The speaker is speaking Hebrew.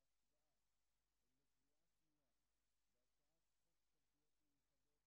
שאנחנו עוברים להצבעה בקריאה שנייה על הצעת חוק סמכויות מיוחדות